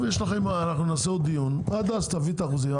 אנחנו נקיים דיון נוסף ועד אז תביא את הנתונים.